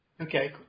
Okay